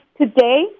today